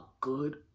good